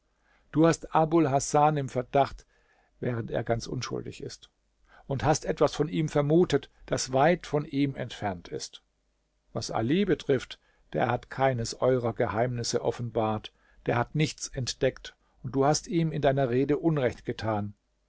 du hast abul hasan im verdacht während er ganz unschuldig ist und hast etwas von ihm vermutet das weit von ihm entfernt ist was ali betrifft der hat keines eurer geheimnisse offenbart der hat nichts entdeckt und du hast ihm in deiner rede unrecht getan